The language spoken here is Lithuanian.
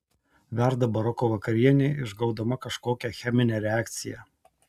verda baroko vakarienė išgaudama kažkokią cheminę reakciją